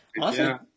awesome